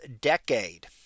decade